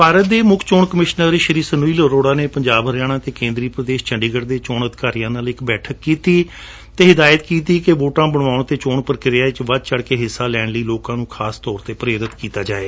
ਭਾਰਤ ਦੇ ਮੁੱਖ ਚੋਣ ਕਮਿਸ਼ਨਰ ਸ਼੍ਰੀ ਸੁਨੀਲ ਅਰੋੜਾ ਨੇ ਪੰਜਾਬ ਹਰਿਆਣਾ ਅਤੇ ਕੇਂਦਰੀ ਪ੍ਰਦੇਸ਼ ਚੰਡੀਗੜੁ ਦੇ ਚੋਣ ਅਧਿਕਾਰੀਆਂ ਨਾਲ ਇੱਕ ਬੈਠਕ ਕੀਤੀ ਅਤੇ ਹਿਦਾਇਤ ਕੀਤੀ ਕਿ ਵੋਟਾਂ ਬਣਵਾਉਣ ਅਤੇ ਚੋਣ ਮੁੱਦਿਆਂ ਵਿੱਚ ਵਧ ਚੜੁ ਕੇ ਹਿੱਸਾ ਲੈਣ ਲਈ ਲੋਕਾਂ ਨੂੰ ਖਾਸ ਤੌਰ ਤੇ ਪ੍ਰੇਰਿਤ ਕੀਤਾ ਜਾਵੇ